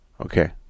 Okay